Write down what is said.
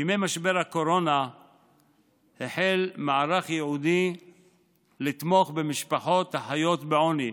בימי משבר הקורונה החל מערך ייעודי לתמוך במשפחות החיות בעוני,